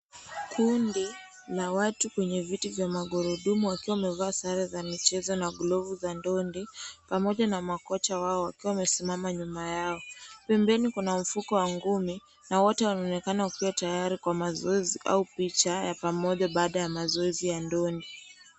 Kundi la watu wenye viti vya gurudumu wakiwa wamevaa sare za michezo na gloves a ndondi pamoja na makoja wao wakiwa wamesimama nyuma Yao. Pembeni kuna mfuko wa ngumi na wote wameoneka kuwa tayari kwa mazoezi au picha ya pamoja baada ya mchezo ya ndondi.